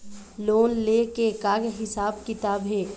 Loan ले के का हिसाब किताब हे?